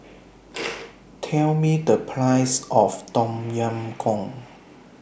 Tell Me The Price of Tom Yam Goong